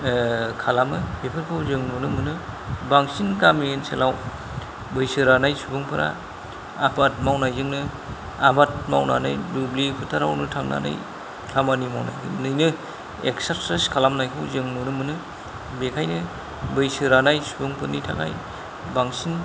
खलाामो बेफोरखौ जों नुनो मोनो बांसिन गामि ओनसोलाव बैसो रानाय सुबंफोरा आबाद मावनायजोंनो आबाद मावनानै दुब्लि फोथारावनो थांनानै खामानि मावनानैनो एक्सारसाइस खालामनायखौ जों नुनो मोनो बेखायनो बैसो रानाय सुबुंफोरनि थाखाय बांसिन